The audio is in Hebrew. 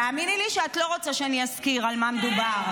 תאמיני לי שאת לא רוצה שאני אזכיר על מה מדובר.